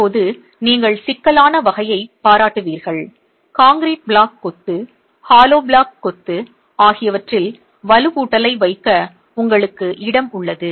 இப்போது நீங்கள் சிக்கலான வகையைப் பாராட்டுவீர்கள் கான்கிரீட் பிளாக் கொத்து ஹாலோ பிளாக் கொத்து ஆகியவற்றில் வலுவூட்டல் ஐ வைக்க உங்களுக்கு இடம் உள்ளது